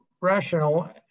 rational